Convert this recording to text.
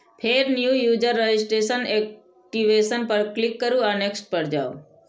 फेर new user registration, activation पर click करू आ नेक्स्ट पर जाउ